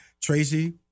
Tracy